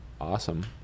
awesome